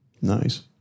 Nice